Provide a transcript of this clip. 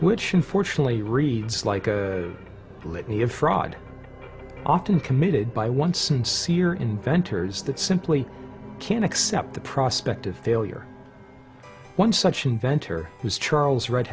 which unfortunately reads like a litany of fraud often committed by one sincere inventors that simply can't accept the prospect of failure one such inventor was charles r